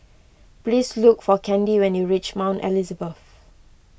please look for Candi when you reach Mount Elizabeth